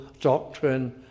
doctrine